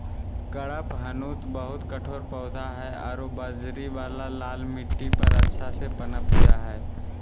कडपहनुत बहुत कठोर पौधा हइ आरो बजरी वाला लाल मिट्टी पर अच्छा से पनप जा हइ